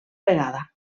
vegada